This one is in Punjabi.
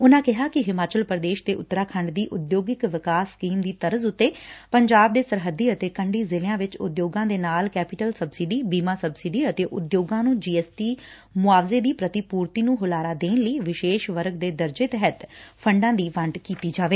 ਉਨਾ ਕਿਹਾ ਕਿ ਹਿਮਾਚਲ ਪ੍ਰਦੇਸ਼ ਤੇ ਉਤਰਾਖੰਡ ਦੀ ਉਦਯੋਗਿਕ ਵਿਕਾਸ ਸਕੀਮ ਦੀ ਤਰਜ਼ ਉਤੇ ਪੰਜਾਬ ਦੇ ਸਰਹੱਦੀ ਅਤੇ ਕੰਢੀਂ ਜ਼ਿਲ੍ਸਿਆਂ ਵਿੱਚ ਉਦਯੋਗਾਂ ਦੇ ਨਾਲ ਕੈਪੀਟਲ ਸਬਸਿਡੀ ਬੀਮਾ ਸਬਸਿਡੀ ਅਤੇ ਉਦਯੋਗਾਂ ਨੰ ਜੀਐਸਟੀ ਮੁਆਵਜ਼ੇ ਦੀ ਪ੍ਰਤੀਪੁਰਤੀ ਨੰ ਹੁਲਾਰਾ ਦੇਣ ਲਈ ਵਿਸ਼ੇਸ਼ ਵਰਗ ਦੇ ਦਰਜੇ ਤਹਿਤ ਫੰਡਾਂ ਦੀ ਵੰਡ ਕੀਤੀ ਜਾਵੇ